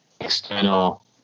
external